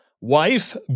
wife